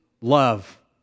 love